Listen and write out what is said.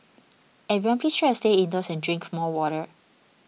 everyone please try to stay indoors and drink more water